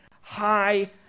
high